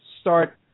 start